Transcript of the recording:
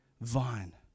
vine